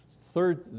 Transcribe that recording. third